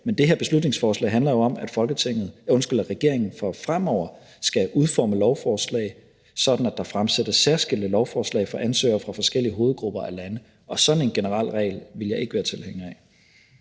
men det her beslutningsforslag handler jo om, at regeringen fremover skal udforme lovforslag, sådan at der fremsættes særskilte lovforslag for ansøgere fra forskellige hovedgrupper af lande, og sådan en generel regel ville jeg ikke være tilhænger af.